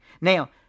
Now